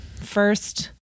first